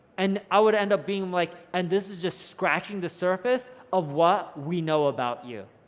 and i would end up being like, and this is just scratching the surface of what we know about you.